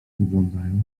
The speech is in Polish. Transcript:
wyglądają